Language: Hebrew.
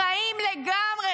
חיים לגמרי,